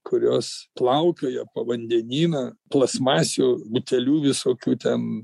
kurios plaukioja po vandenyną plastmasių butelių visokių ten